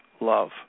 love